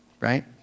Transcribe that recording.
right